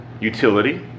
utility